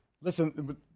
Listen